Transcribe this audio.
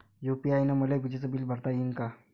UPI न मले विजेचं बिल भरता यीन का?